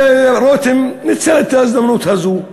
רותם ניצל את ההזדמנות הזאת,